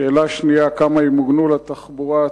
2. כמה כלי רכב ימוגנו לתחבורה ציבורית,